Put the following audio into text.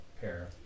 pair